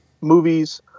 movies